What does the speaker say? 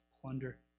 Plunder